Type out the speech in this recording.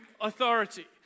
authority